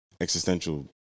existential